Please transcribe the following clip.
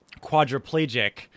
quadriplegic